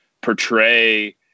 portray